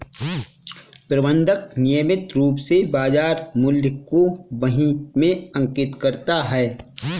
प्रबंधक नियमित रूप से बाज़ार मूल्य को बही में अंकित करता है